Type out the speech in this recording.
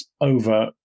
over